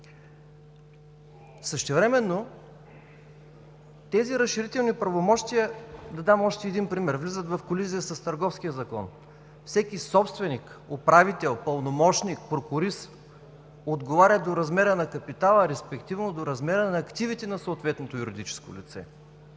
Същевременно тези разширителни правомощия, да дам още един пример, влизат в колизия с Търговския закон. Всеки собственик, управител, пълномощник, прокурист отговаря до размера на капитала, респективно до размера на активите на съответното юридическо лице.